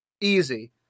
Easy